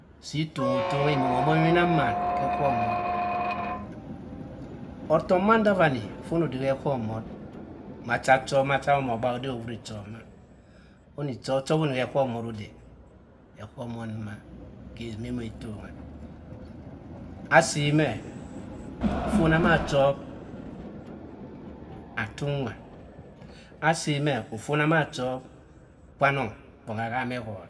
sii ifongha imom omom inang mann ghe etomort. Ofok manda vani, fonode hetomort macha chop macha omono gbak odik ohuri chop. a e. chop oni khe etomort ode, eghomort ndoma, esima ene tongha e. asi meh, fona ma chop, atnnwa asimeh ofona ma chop kwanong bongha aham erurr.